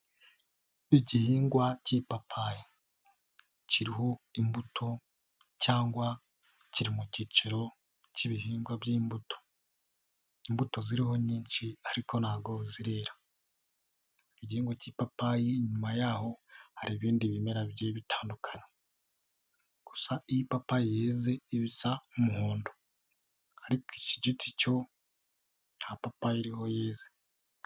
Igihingwa cy'ipapayi, kiriho imbuto cyangwa kiri mu cyiciro cy'ibihingwa by'imbuto, imbuto ziriho nyinshi ariko ntago zirera, igihingwa cy'ipapayi inyuma yaho hari ibindi bimera bigiye bitandukana, gusa iyopapa yize ibisa n'umuhondo ariko iki giti cyo nta papayi iriho yeze.